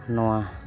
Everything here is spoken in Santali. ᱱᱚᱣᱟ